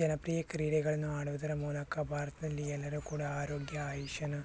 ಜನಪ್ರಿಯ ಕ್ರೀಡೆಗಳನ್ನು ಆಡುವುದರ ಮೂಲಕ ಭಾರತದಲ್ಲಿ ಎಲ್ಲರೂ ಕೂಡ ಆರೋಗ್ಯ ಆಯುಷ್ಯನ